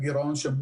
מסגרת גירעון.